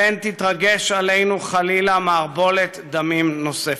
פן תתרגש עלינו חלילה מערבולת דמים נוספת.